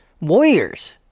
Warriors